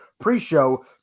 pre-show